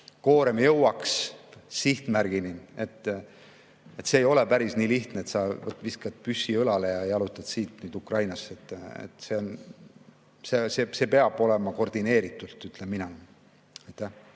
koorem jõuaks sihtmärgini. See ei ole päris nii lihtne, et viskad püssi õlale ja jalutad siit Ukrainasse. See peab olema koordineeritud, ütlen mina.